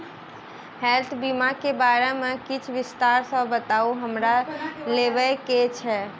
Health बीमा केँ बारे किछ विस्तार सऽ बताउ हमरा लेबऽ केँ छयः?